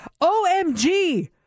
Omg